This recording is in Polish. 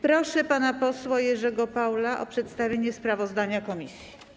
Proszę pana posła Jerzego Paula o przedstawienie sprawozdania komisji.